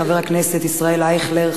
חבר הכנסת ישראל אייכלר,